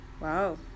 Wow